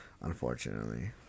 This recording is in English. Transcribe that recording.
Unfortunately